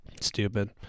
Stupid